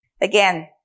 Again